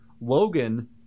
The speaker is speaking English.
Logan